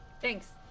Thanks